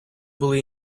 були